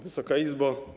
Wysoka Izbo!